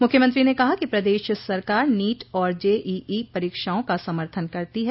मुख्यमंत्री ने कहा कि प्रदेश सरकार नीट और जेईई परीक्षाओं का समर्थन करती है